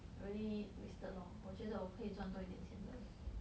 really wasted lor 我觉得我可以赚多一点钱的